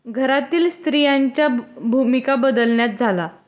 घरातील स्त्रियांच्या भूमिका बदलण्यात झाला